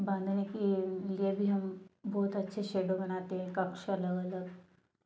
बांधने के लिए लिए भी भी हम बहुत अच्छे शैडो बनाते हैं एकाक्ष अलग अलग